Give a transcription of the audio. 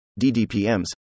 DDPMs